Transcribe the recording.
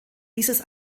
dieses